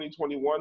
2021